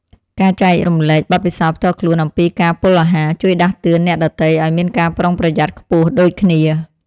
ការចែករំលែកបទពិសោធន៍ផ្ទាល់ខ្លួនអំពីការពុលអាហារ ជួយដាស់តឿនអ្នកដទៃឱ្យមានការប្រុងប្រយ័ត្នខ្ពស់ដូចគ្នា។